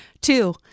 Two